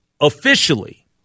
officially